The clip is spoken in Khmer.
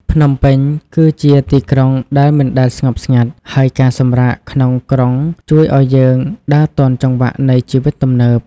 ភ្នំពេញគឺជាទីក្រុងដែលមិនដែលស្ងប់ស្ងាត់ ហើយការសម្រាកក្នុងក្រុងជួយឱ្យយើងដើរទាន់ចង្វាក់នៃជីវិតទំនើប។